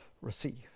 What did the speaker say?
receive